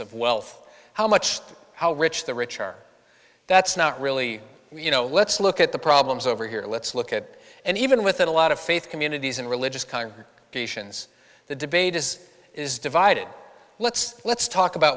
of wealth how much how rich the rich are that's not really you know let's look at the problems over here let's look at it and even with a lot of faith communities and religious congregations the debate is is divided let's let's talk about